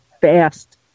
fast